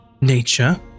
nature